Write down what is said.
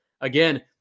again